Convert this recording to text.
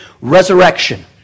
resurrection